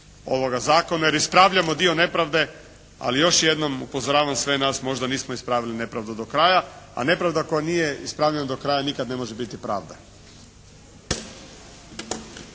ovoga Zakona jer ispravljamo dio nepravde, ali još jednom upozoravam sve nas možda nismo ispravili nepravdu do kraja, a nepravda koja nije ispravljena do kraja nikad ne može biti pravda.